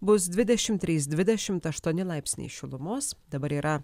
bus dvidešimt trys dvidešimt aštuoni laipsniai šilumos dabar yra